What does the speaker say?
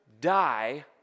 die